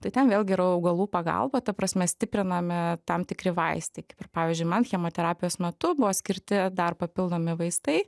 tai ten vėlgi yra augalų pagalba ta prasme stiprinami tam tikri vaistai kaip ir pavyzdžiui man chemoterapijos metu buvo skirti dar papildomi vaistai